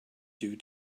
due